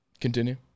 Continue